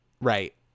right